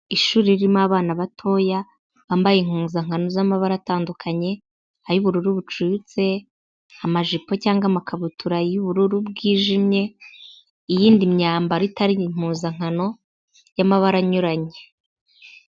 Ishuri ririmo abana batoya, bambaye impuzankano z'amabara atandukanye ay'ubururu bucuritse, amajipo cyangwa amakabutura y'ubururu bwijimye, iyindi myambaro itari impuzankano y'amabara anyuranye.